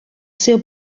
seu